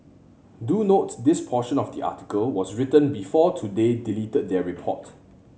do note this portion of the article was written before today deleted their report